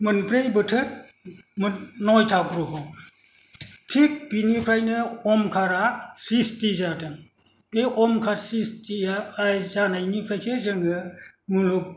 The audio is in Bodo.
मोनब्रै बोथोर नयथा ग्रह थिक बेनिफ्रायनो अमखारआ स्रिस्ति जादों बे अमखार स्रिस्ति जानायनिफ्रायसो जोङो मुलुग